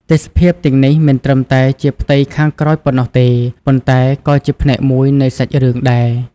ទេសភាពទាំងនេះមិនត្រឹមតែជាផ្ទៃខាងក្រោយប៉ុណ្ណោះទេ ប៉ុន្តែក៏ជាផ្នែកមួយនៃសាច់រឿងដែរ។